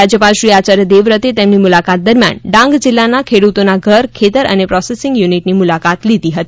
રાજ્યપાલ શ્રી આચાર્ય દેવવ્રત એ તેમની મુલાકાત દરમિયાન ડાંગ જિલ્લાના ખેડૂતોના ઘર ખેતર અને પ્રોસેસિંગ યુનિટની મુલાકાત લીધી હતી